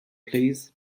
please